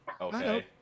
Okay